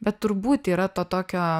bet turbūt yra to tokio